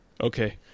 Okay